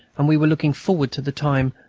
and we were looking forward to the time,